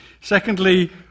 Secondly